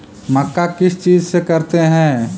मक्का किस चीज से करते हैं?